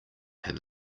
have